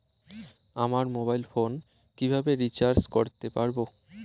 আমার mobile phone কিভাবে recharge করতে পারব?